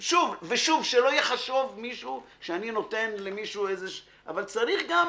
שלא יחשוב מישהו שאני נותן למישהו אבל צריך גם